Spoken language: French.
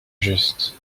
juste